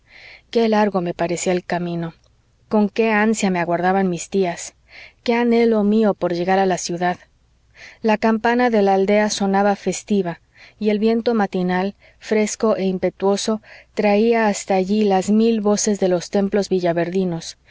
qué largo me parecía el camino con qué ansia me aguardarían mis tías qué anhelo el mío por llegar a la ciudad la campana de la aldea sonaba festiva y el viento matinal fresco e impetuoso traía hasta allí las mil voces de los templos